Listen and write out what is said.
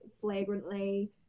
flagrantly